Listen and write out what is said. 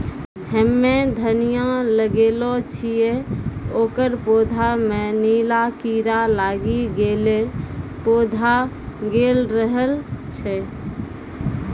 हम्मे धनिया लगैलो छियै ओकर पौधा मे नीला कीड़ा लागी गैलै पौधा गैलरहल छै?